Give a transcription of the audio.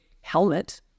helmet